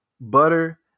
butter